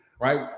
Right